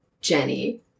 Jenny